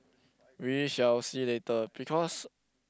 we shall see later because